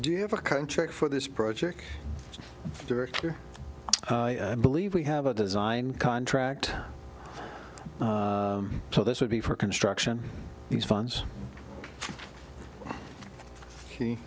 do you have a contract for this project director believe we have a design contract so this would be for construction these funds s